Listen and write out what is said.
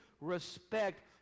respect